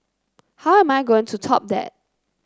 how am I going to top that